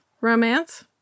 romance